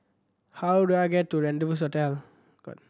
how do I get to Rendezvous Hotel